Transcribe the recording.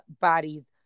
bodies